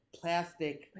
plastic